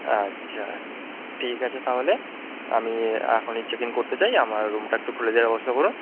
আচ্ছা ঠিক আছে তাহলে আমি এখনি চেক ইন করতে চাই আমার রুমটা একটু খুলে দেওয়ার ব্যবস্থা করো